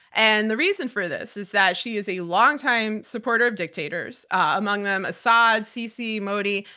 and the reason for this is that she is a longtime supporter of dictators, among them assad, sisi, modi.